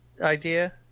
idea